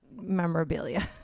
memorabilia